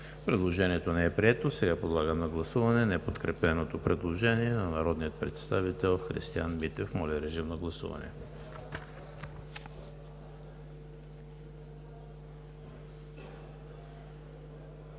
Предложението не е прието. Подлагам на гласуване неподкрепеното предложение на народния представител Христиан Митев. Гласували